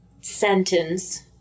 sentence